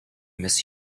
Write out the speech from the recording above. miss